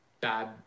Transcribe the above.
bad